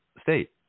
state